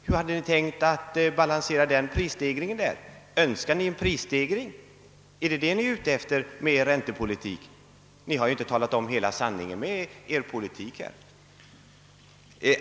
Hur hade ni tänkt balansera den prisstegringen? Är det en prisstegring ni är ute efter med er räntepolitik? Ni har nog inte talat om hela sanningen med er politik i det här avseendet.